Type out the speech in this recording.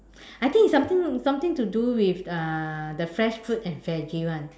I think something something to do with uh the fresh fruit and veggie [one]